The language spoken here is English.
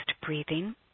breathing